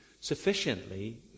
sufficiently